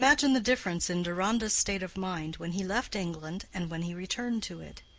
imagine the difference in deronda's state of mind when he left england and when he returned to it.